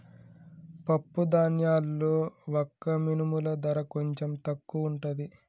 పప్పు ధాన్యాల్లో వక్క మినుముల ధర కొంచెం తక్కువుంటది